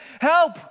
Help